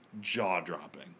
jaw-dropping